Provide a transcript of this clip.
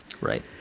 Right